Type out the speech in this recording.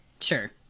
Sure